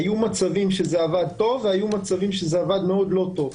היו מצבים שזה עבד טוב והיו מצבים שזה עבד לא טוב.